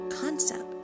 concept